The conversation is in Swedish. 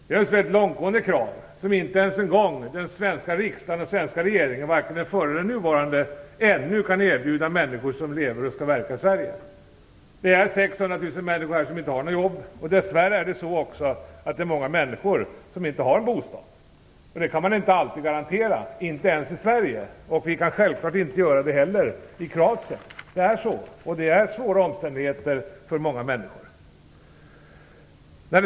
Det är alltså mycket långtgående krav som inte ens den svenska riksdagen eller regeringen, vare sig den förra eller den nuvarande, ännu kan erbjuda människor som lever och skall verka i Sverige. Det är 600 000 människor som inte har något jobb. Dess värre är det också så att många människor inte har bostad. Det kan man inte alltid garantera, inte ens i Sverige. Vi kan självklart inte heller göra det i Kroatien. Det är så. Det är svåra omständigheter för många människor.